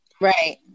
right